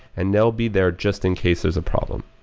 and they'll be there just in case there's a problem.